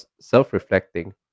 self-reflecting